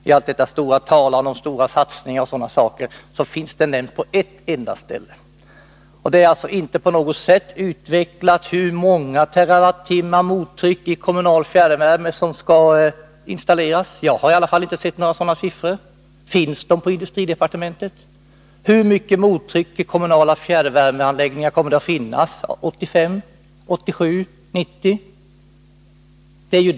Tallt detta stora tal om stora satsningar och annat finns detta nämnt bara på ett enda ställe. Det är inte på något sätt utvecklat hur många terawattimmar mottryck som skall installeras i de kommunala fjärrvärmeverken. I varje fall harinte jag sett några sådana siffror. Finns de på industridepartementet? Hur mycket mottryck i kommunala fjärrvärmeanläggningar kommer det att finnas år 1985, 1987 och 1990?